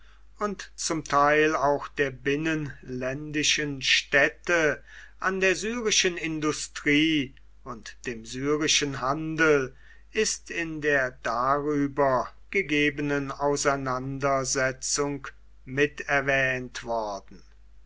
und zum teil auch der binnenländischen städte an der syrischen industrie und dem syrischen handel ist in der darüber gegebenen auseinandersetzung miterwähnt worden